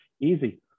Easy